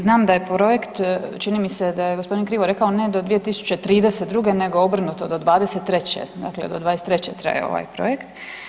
Znam da je projekt, čini mi se da je g. krivo rekao, ne do 2032. nego obrnuto, do '23., dakle do '23. traje ovaj projekt.